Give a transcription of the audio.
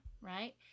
right